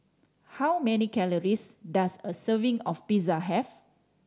how many calories does a serving of Pizza have